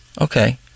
okay